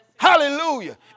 Hallelujah